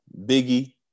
Biggie